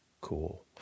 cool